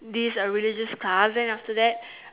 this religious class then after that